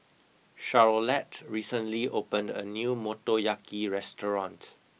Charolette recently opened a new Motoyaki restaurant